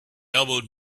elbowed